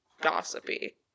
gossipy